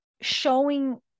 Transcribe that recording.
showing